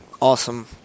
awesome